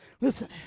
Listen